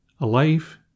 Alive